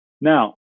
Now